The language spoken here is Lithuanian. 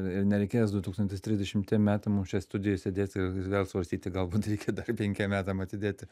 ir nereikės du tūkstantis trisdešimtiem metam mums čia studijoj sėdėt ir vėl svarstyti galbūt reikia dar penkiem metam atidėti